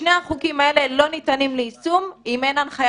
שני החוקים האלה לא ניתנים ליישום אם אין הנחיה